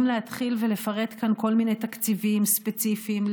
אם להתחיל ולפרט כאן כל מיני תקציבים ספציפיים,